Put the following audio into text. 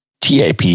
TAP